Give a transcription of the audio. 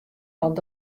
want